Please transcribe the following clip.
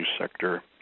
sector